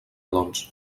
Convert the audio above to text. doncs